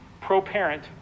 pro-parent